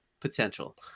Potential